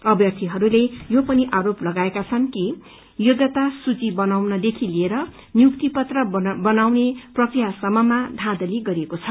अभ्यार्थीहरूले यो पनि आरोप लगाएका छन् कि योग्यता सूची बनाउनदेखि लिएर नियुक्ति पत्र बनाउने प्रकियासम्ममा धांधली गरिएको छ